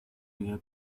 hija